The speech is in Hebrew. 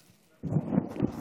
אני מודה לך על דיון הזיכרון הזה,